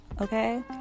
okay